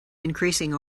increasing